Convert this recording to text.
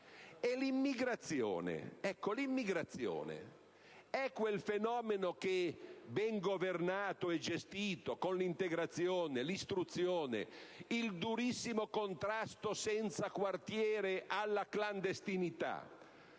E l'immigrazione? L'immigrazione è quel fenomeno che, se ben governato e gestito con l'integrazione, l'istruzione, il durissimo contrasto senza quartiere alla clandestinità,